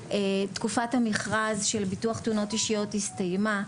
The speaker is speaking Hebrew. תקופת המכרז של ביטוח תאונות אישיות הסתיימה,